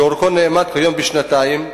שאורכו נאמד כיום בשנתיים,